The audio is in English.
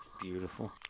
Beautiful